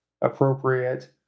appropriate